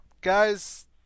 Guys